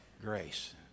grace